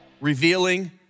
revealing